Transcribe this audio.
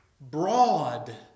broad